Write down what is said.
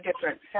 different